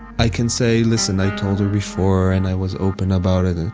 i can say, listen, i told her before and i was open about it. and